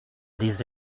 des